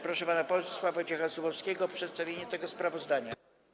Proszę pana posła Wojciecha Zubowskiego o przedstawienie tego sprawozdania.